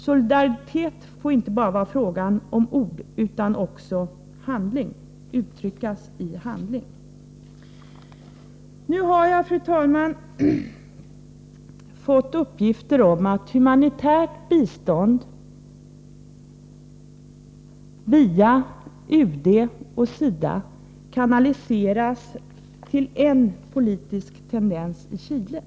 Solidaritet får inte bara vara en fråga om ord, utan solidaritet skall också uttryckas i handling. Nu har jag, fru talman, fått uppgifter om att humanitärt bistånd via UD och SIDA kanaliseras till en politisk tendens i Chile.